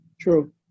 true